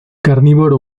carnívoro